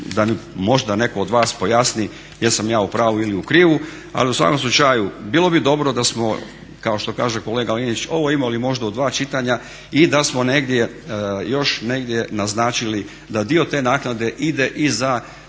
mi možda netko od vas pojasni jesam ja u pravu ili u krivu. Ali u svakom slučaju bilo bi dobro da smo kao što kaže kolega Linić ovo imali možda u dva čitanja i da smo još negdje naznačili da dio te naknade ide i za